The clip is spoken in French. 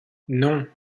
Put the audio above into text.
non